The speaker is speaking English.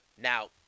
Now